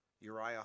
Uriah